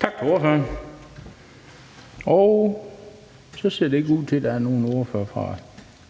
Tak til ordføreren. Det ser ikke ud til, at der er nogen ordfører fra